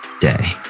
day